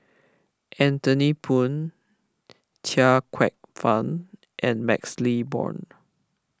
Anthony Poon Chia Kwek Fah and MaxLe Blond